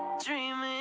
dream,